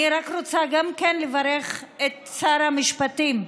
אני רק רוצה לברך גם את שר המשפטים.